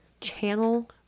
channel